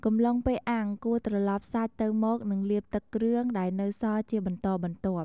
កំឡុងពេលអាំង គួរត្រឡប់សាច់ទៅមកនិងលាបទឹកគ្រឿងដែលនៅសល់ជាបន្តបន្ទាប់។